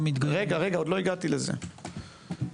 הוצאנו.